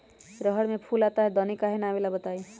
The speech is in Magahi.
रहर मे फूल आता हैं दने काहे न आबेले बताई?